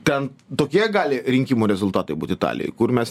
ten tokie gali rinkimų rezultatai būt italijoj kur mes